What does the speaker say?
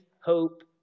hope